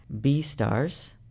B-Stars